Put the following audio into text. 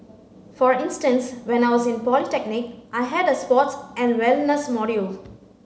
for instance when I was in polytechnic I had a sports and wellness module